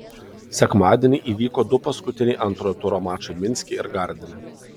sekmadienį įvyko du paskutiniai antrojo turo mačai minske ir gardine